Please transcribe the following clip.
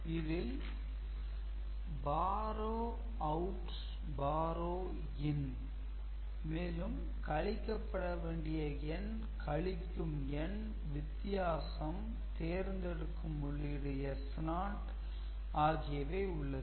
இதில் "borrow out borrow in" மேலும் கழிக்கப்பட வேண்டிய எண் கழிக்கும் எண் வித்தியாசம் தேர்ந்தெடுக்கும் உள்ளீடு S0 ஆகியவை உள்ளது